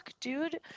dude